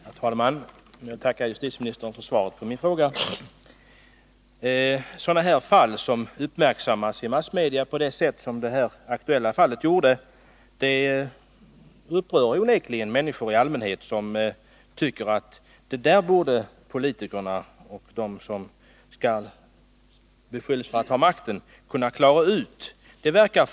Herr talman! Jag tackar justitieministern för svaret på min fråga. Fall som uppmärksammas i massmedia på det sätt som det här aktuella fallet upprör onekligen människor i allmänhet. De tycker att politikerna och de som anses ha makten borde kunna klara ut sådana här problem.